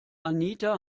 anita